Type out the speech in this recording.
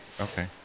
Okay